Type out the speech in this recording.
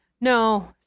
No